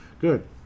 good